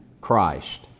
Christ